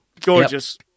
Gorgeous